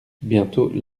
bientôt